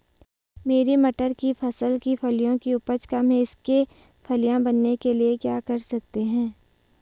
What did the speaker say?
मेरी मटर की फसल की फलियों की उपज कम है इसके फलियां बनने के लिए क्या कर सकते हैं?